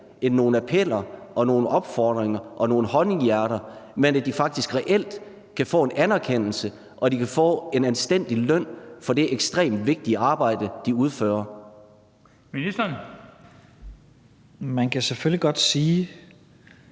end nogle appeller og nogle opfordringer og nogle honninghjerter, altså, at de faktisk reelt kan få en anerkendelse og en anstændig løn for det ekstremt vigtige arbejde, de udfører? Kl. 16:14 Den fg. formand